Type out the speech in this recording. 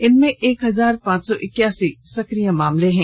इनमें एक हजार पांच सौ इकासी सक्रिय केस हैं